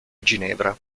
ginevra